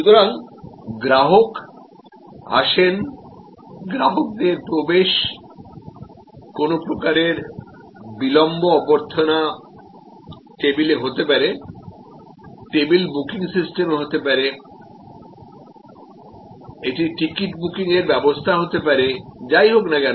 সুতরাং গ্রাহক আসেন গ্রাহকদের প্রবেশ কোনও প্রকারের বিলম্ব অভ্যর্থনা টেবিলে হতে পারে টেবিল বুকিং সিস্টেম হতে পারে এটি টিকিট বুকিংয়ের ব্যবস্থা হতে পারে যাই হোক না কেন